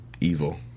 evil